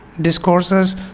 discourses